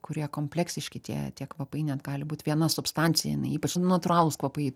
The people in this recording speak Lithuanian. kurie kompleksiški tie tie kvapai net gali būt viena substancija jinai ypač natūralūs kvapai